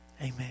Amen